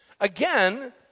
Again